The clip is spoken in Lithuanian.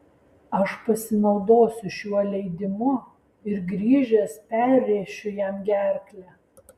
aš pasinaudosiu šiuo leidimu ir grįžęs perrėšiu jam gerklę